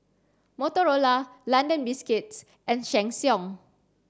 Motorola London Biscuits and Sheng Siong